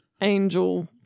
Angel